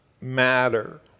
matter